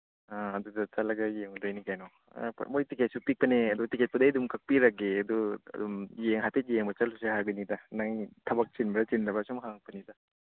ꯑ ꯑꯗꯨꯗ ꯆꯠꯂꯒ ꯌꯦꯡꯉꯨꯗꯣꯏꯅꯤ ꯀꯩꯅꯣ ꯃꯣꯏ ꯇꯤꯀꯦꯠꯁꯨ ꯄꯤꯛꯄꯅꯤꯍꯦ ꯑꯗꯨ ꯇꯤꯀꯦꯠꯄꯨꯗꯤ ꯑꯩ ꯑꯗꯨꯝ ꯀꯛꯄꯤꯔꯒꯦ ꯑꯗꯨ ꯑꯗꯨꯝ ꯍꯥꯏꯐꯦꯠ ꯌꯦꯡꯕ ꯆꯠꯂꯨꯁꯤ ꯍꯥꯏꯕꯅꯤꯗ ꯅꯪ ꯊꯕꯛ ꯆꯤꯟꯕ꯭ꯔꯥ ꯆꯤꯟꯗꯕ꯭ꯔꯥ ꯁꯨꯝ ꯍꯪꯉꯛꯄꯅꯤꯗ